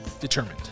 determined